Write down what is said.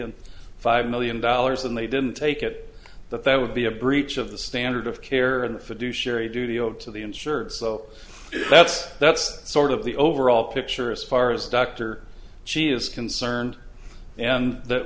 and five million dollars and they didn't take it that that would be a breach of the standard of care and the fiduciary duty owed to the in service so that's that's sort of the overall picture as far as dr chee is concerned and that